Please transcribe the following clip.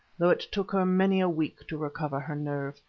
though it took her many a week to recover her nerve.